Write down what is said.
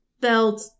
belt